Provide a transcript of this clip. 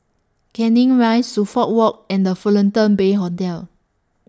Canning Rise Suffolk Walk and The Fullerton Bay Hotel